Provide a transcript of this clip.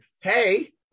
Hey